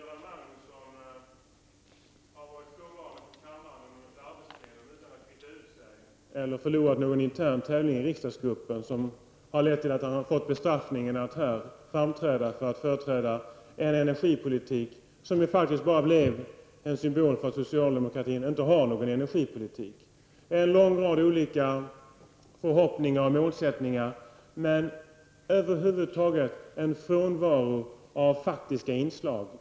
Fru talman! Jag misstänker att Göran Magnusson har varit frånvarande från kammaren under ett arbetsplenum utan att kvitta ut sig eller förlorat någon intern tävling i riksdagsgruppen och att detta har lett till att han har fått bestraffningen att här framträda för att företräda en energipolitik som nu faktiskt bara blev en symbol, eftersom socialdemokratin inte har någon energipolitik. Det är i energipolitiken fråga om en lång rad olika förhoppningar och målsättningar men över huvud taget en frånvaro av faktiska inslag.